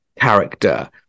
character